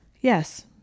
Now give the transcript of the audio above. Yes